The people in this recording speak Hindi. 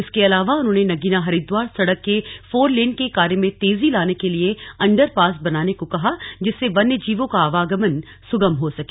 इसके अलावा उन्होंने नगीना हरिद्वार सड़क के फोर लेनिंग के कार्य में तेजी लाने के लिए अंडर पास बनाने को कहा जिससे वन्य जीवों का आवागमन सुगम हो सके